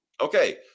Okay